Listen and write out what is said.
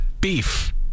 beef